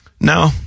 No